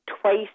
twice